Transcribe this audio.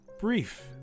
brief